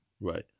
Right